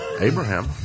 Abraham